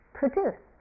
produce